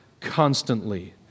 constantly